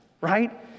right